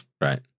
Right